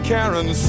Karen